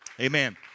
Amen